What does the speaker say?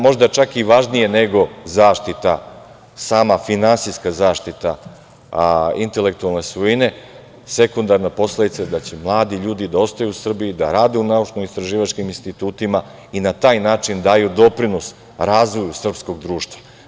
Možda je čak važnije nego sama finansijska zaštita intelektualne svojine, sekundarna posledica da će mladi ljudi da ostaju u Srbiji, da rade u naučno-istraživačkim institutima i na taj način da daju doprinos razvoju srpskog društva.